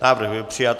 Návrh byl přijat.